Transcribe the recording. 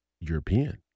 European